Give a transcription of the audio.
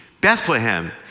Bethlehem